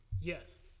Yes